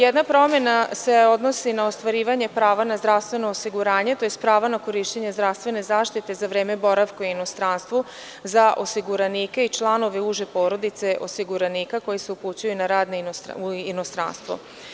Jedna promena se odnosi na ostvarivanje prava na zdravstveno osiguranja, tj. prava na korišćenje zdravstvene zaštite za vreme boravka u inostranstvu za osiguranike i članove uže porodice osiguranika koji se upućuju na rad u inostranstvo.